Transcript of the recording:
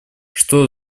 что